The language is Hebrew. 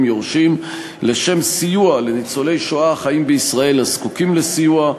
יורשים לשם סיוע לניצולי שואה החיים בישראל הזקוקים לסיוע,